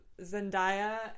Zendaya